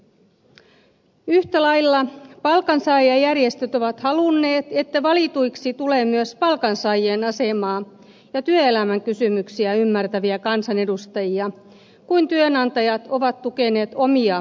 yhtä lailla palkansaajajärjestöt ovat halunneet että valituiksi tulee myös palkansaajien asemaa ja työelämän kysymyksiä ymmärtäviä kansanedustajia kun työnantajat ovat tukeneet omia bulvaanejaan